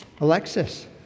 Alexis